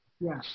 yes